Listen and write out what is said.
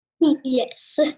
Yes